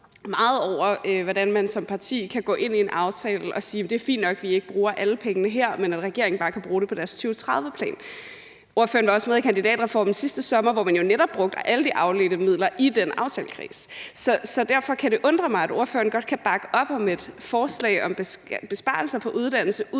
meget over, hvordan man som parti kan gå ind i en aftale og sige, at det er fint nok, at man ikke bruger alle pengene her, men at regeringen bare kan bruge dem på deres 2030-plan. Ordføreren var også med i kandidatreformen sidste sommer, hvor man jo netop brugte alle de afledte midler i den aftalekreds, så derfor kan det undre mig, at ordføreren godt kan bakke op om et forslag om besparelser på uddannelse,